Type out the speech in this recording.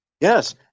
Yes